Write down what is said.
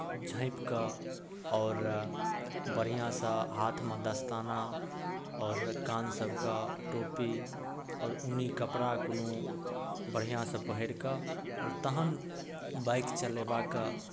झाँपि कऽ आओर बढ़िआँसँ हाथमे दस्ताना आओर कानसभके टोपी आओर ऊनी कपड़ा कोनो बढ़िआँसँ पहिर कऽ आओर तखन बाइक चलेबाके